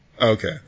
Okay